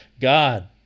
God